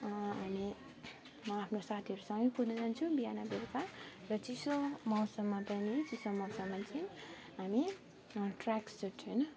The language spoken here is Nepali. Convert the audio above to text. हामी म आफ्नो साथीहरूसँगै कुद्नु जान्छु बिहान बेलुका र चिसो मौसममा पनि चिसो मौसममा चाहिँ हामी ट्रयाक सुट होइन